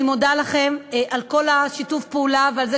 אני מודה לכם על כל שיתוף הפעולה ועל זה